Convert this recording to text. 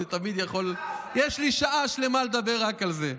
אני תמיד יכול, יש לי שעה שלמה לדבר רק על זה.